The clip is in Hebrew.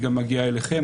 היא גם מגיעה אליכם.